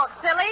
silly